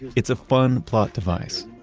it's a fun plot device,